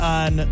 on